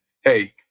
hey